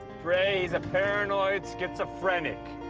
ray, he's a paranoid schizophrenic.